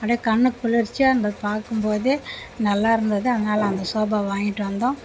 அப்படியே கண்ணுக்கு குளிர்ச்சியாக இருந்துது பார்க்கும்போதே நல்லாயிருந்துது அதனால் அந்த சோஃபா வாங்கிகிட்டு வந்தோம்